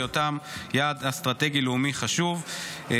בהיותם יעד אסטרטגי לאומי חשוב.